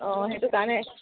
অঁ সেইটো কাৰণে